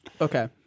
Okay